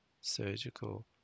surgical